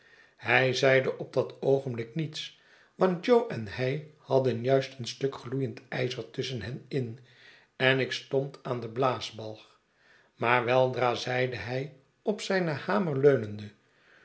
hij zeide op dat oogenblik niets want jo en hij hadden juist een stuk gloeiend ijzer tusschen hen in en ik stond aan den blaasbalg maar weldra zeide hij op zijn hamer leunende